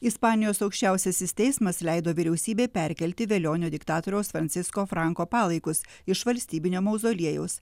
ispanijos aukščiausiasis teismas leido vyriausybei perkelti velionio diktatoriaus fransisko franko palaikus iš valstybinio mauzoliejaus